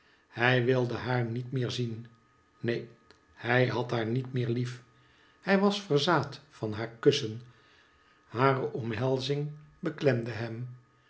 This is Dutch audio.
hij wilde haar niet meer zien neen hij had haar niet meer lief hij was verzaad van haar kussen hare omhelzing beklemde hem